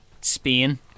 Spain